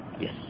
Yes